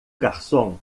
garçom